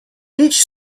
each